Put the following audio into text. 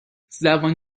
زبان